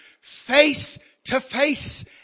face-to-face